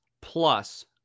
plus